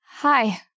Hi